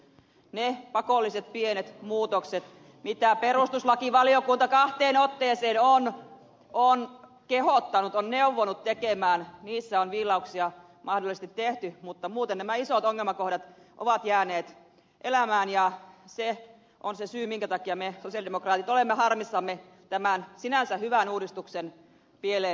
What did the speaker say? niissä pakollisissa pienissä muutoksissa jotka perustuslakivaliokunta kahteen otteeseen on kehottanut ja neuvonut tekemään on viilauksia mahdollisesti tehty mutta muuten nämä isot ongelmakohdat ovat jääneet elämään ja se on se syy minkä takia me sosialidemokraatit olemme harmissamme tämän sinänsä hyvän uudistuksen pieleen menemisestä